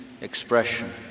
expression